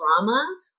drama